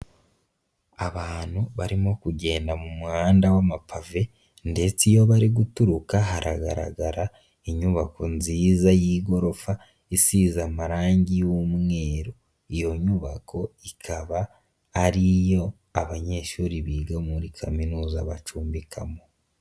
Aabantu barimo kugenda mu muhanda w'amapave ndetse iyo bari guturuka haragaragara inyubako nziza y'igorofa isize amarangi y'umweru, iyo nyubako ikaba ari iyo abanyeshuri biga muri kaminuza bacumbikamo.